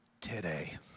today